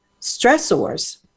stressors